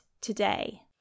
today